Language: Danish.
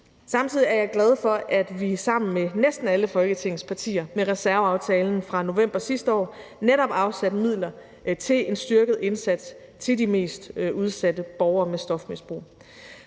Samtidig er jeg glad for, at vi sammen med næsten alle Folketingets partier med reserveaftalen fra november sidste år netop afsatte midler til en styrket indsats til de mest udsatte borgere med stofmisbrug.